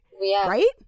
right